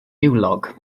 niwlog